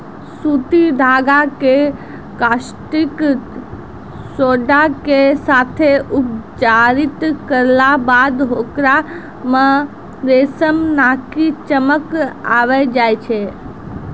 सूती धागा कॅ कास्टिक सोडा के साथॅ उपचारित करला बाद होकरा मॅ रेशम नाकी चमक आबी जाय छै